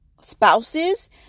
spouses